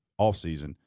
offseason